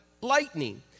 lightning